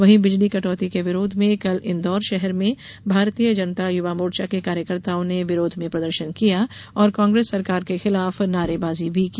वहीं बिजली कटौती के विरोध में कल इंदौर शहर में भारतीय जनता युवा मोर्चा के कार्यकर्ताओं ने विरोध में प्रदर्शन किया और कांग्रेस सरकार के खिलाफ नारेबाजी भी की